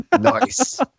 Nice